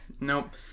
Nope